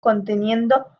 conteniendo